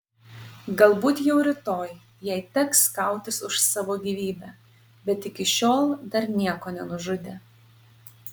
galbūt jau rytoj jai teks kautis už savo gyvybę bet iki šiol dar nieko nenužudė